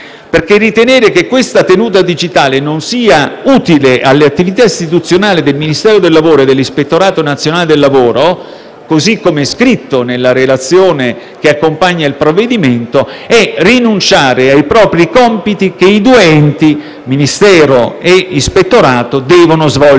Ritenere infatti che questa tenuta digitale non sia utile alle attività istituzionali del Ministero del lavoro e dell'Ispettorato nazionale del lavoro, così com'è scritto nella relazione che accompagna il provvedimento, è rinunciare ai compiti che i due enti, Ministero e Ispettorato, devono svolgere.